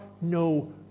no